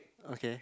okay